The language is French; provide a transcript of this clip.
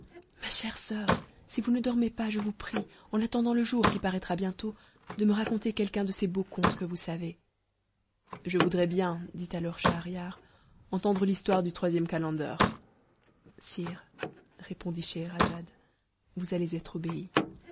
ma chère soeur lui dit-elle si vous ne dormez pas je vous supplie en attendant le jour qui paraîtra bientôt de me raconter quelqu'un de ces beaux contes que vous savez schahriar